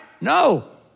No